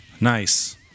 nice